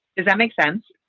does that make sense?